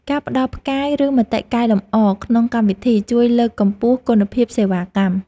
ការផ្តល់ផ្កាយ ឬមតិកែលម្អក្នុងកម្មវិធី ជួយលើកកម្ពស់គុណភាពសេវាកម្ម។